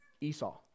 Esau